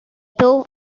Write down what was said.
tou